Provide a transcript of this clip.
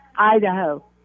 Idaho